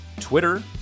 twitter